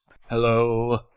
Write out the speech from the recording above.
Hello